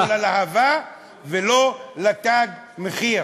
לא ללהב"ה ולא ל"תג מחיר".